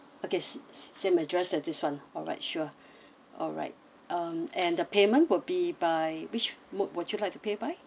okay same address as this [one] alright sure alright um and the payment will be by which mode would you like to pay by